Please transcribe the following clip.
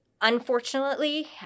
Unfortunately